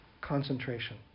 concentration